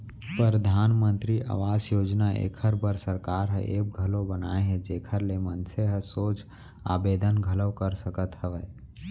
परधानमंतरी आवास योजना एखर बर सरकार ह ऐप घलौ बनाए हे जेखर ले मनसे ह सोझ आबेदन घलौ कर सकत हवय